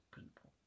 people